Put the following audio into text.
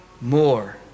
more